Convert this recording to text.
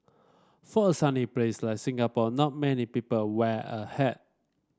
for a sunny place like Singapore not many people wear a hat